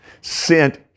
sent